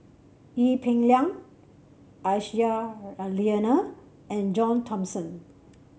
Ee Peng Liang Aisyah Lyana and John Thomson